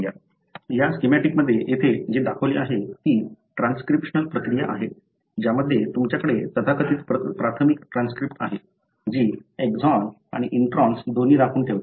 या स्कीमॅटिकमध्ये येथे जी दाखवली आहे ती ट्रान्सक्रिप्शनल प्रक्रिया आहे ज्यामध्ये तुमच्याकडे तथाकथित प्राथमिक ट्रान्सक्रिप्ट आहे जी एक्सॉन आणि इंट्रॉन्स दोन्ही राखून ठेवते